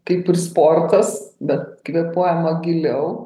kaip ir sportas bet kvėpuojama giliau